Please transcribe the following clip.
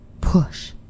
push